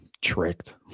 tricked